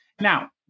Now